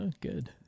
Good